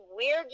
weird